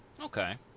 Okay